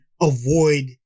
avoid